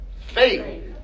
Faith